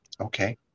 Okay